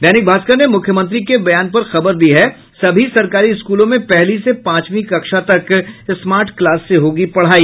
दैनिक भास्कर ने मुख्यमंत्री के बयान पर खबर दी है सभी सरकारी स्कूलों में पहली से पांचवीं कक्षा तक स्मार्ट क्लास से होगी पढ़ाई